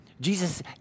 Jesus